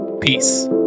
Peace